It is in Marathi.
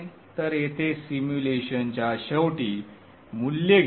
तर येथे सिम्युलेशनच्या शेवटी मूल्य घेऊ